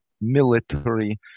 military